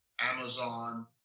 Amazon